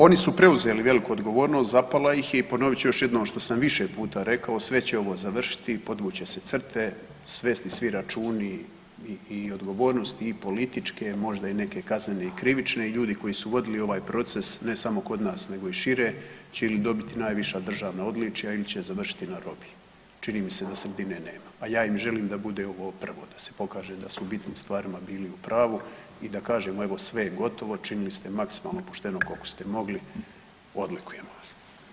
Oni su preuzeli veliku odgovornost zapala ih je i ponovit ću još jednom što sam više puta rekao, sve će ovo završiti i podvuć će se crte, svesti svi računi i odgovornosti i političke, možda i neke kaznene i krivične i ljudi koji su vodili ovaj proces ne samo kod nas nego i šire će ili dobiti najviša državna odličja ili će završiti na robiji, čini mi se da sredine nema, a ja im želim da bude ovo prvo da su pokaže da su u bitnim stvarima bili u pravu i da kažemo evo sve je gotovo, činili ste maksimalno pošteno koliko ste mogli odlikujemo vas.